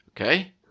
Okay